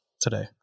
today